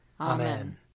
Amen